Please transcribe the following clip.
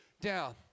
down